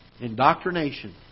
Indoctrination